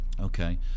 Okay